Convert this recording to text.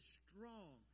strong